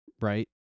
Right